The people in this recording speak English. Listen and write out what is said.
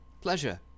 Pleasure